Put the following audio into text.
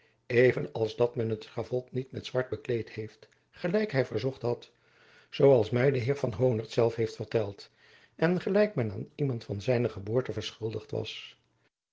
even als dat men het schavot niet met zwart bekleed heeft gelijk hy verzocht had zoo als my de heer van den honert zelf heeft verteld en gelijk men aan iemand van zijne geboorte verschuldigd was